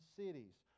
cities